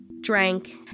drank